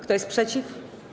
Kto jest przeciw?